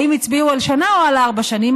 האם הצביעו על שנה או על ארבע שנים?